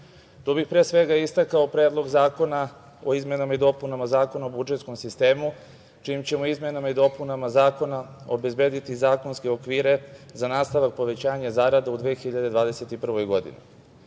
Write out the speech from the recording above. Tu bih pre svega istakao Predlog zakona o izmenama i dopunama Zakona o budžetskom sistemu, čijim ćemo izmenama i dopunama zakona obezbediti zakonske okvire za nastavak povećanja zarada u 2021. godini. Osim